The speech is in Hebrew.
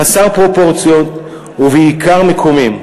חסר פרופורציות ובעיקר מקומם,